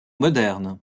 moderne